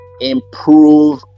improve